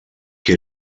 que